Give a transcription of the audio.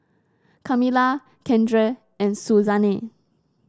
Kamila Keandre and Suzanne